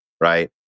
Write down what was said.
right